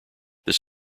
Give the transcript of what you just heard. this